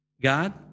God